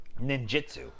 Ninjitsu